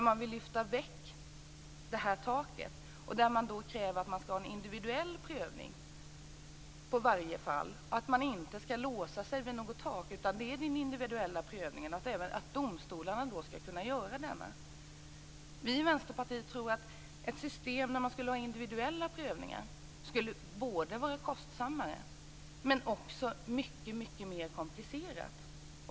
Man vill lyfta bort taket och kräver en individuell prövning av varje fall. Man vill inte låsa sig vid något tak utan man vill att det skall vara en individuell prövning och att även domstolarna skall kunna göra det. Vi i Vänsterpartiet tror att ett system med individuella prövningar skulle vara både kostsammare och mycket mer komplicerat.